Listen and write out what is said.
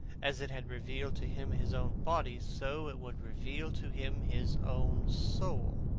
as it had revealed to him his own body, so it would reveal to him his own soul.